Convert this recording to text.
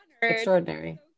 extraordinary